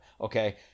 Okay